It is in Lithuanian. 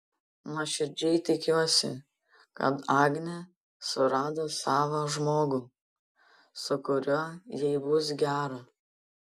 nuoširdžiai tikiuosi kad agnė surado savą žmogų su kuriuo jai bus gera